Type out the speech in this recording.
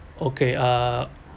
okay uh